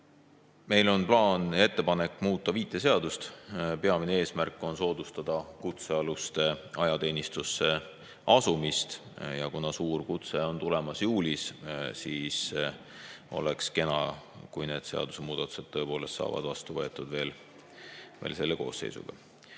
Meil on plaan või ettepanek muuta viit seadust. Peamine eesmärk on soodustada kutsealuste ajateenistusse asumist. Kuna suur kutse on tulemas juulis, siis oleks kena, kui need seadusemuudatused tõepoolest saavad vastu võetud veel selle koosseisuga.